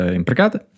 empregada